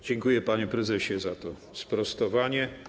Dziękuję, panie prezesie, za to sprostowanie.